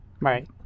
Right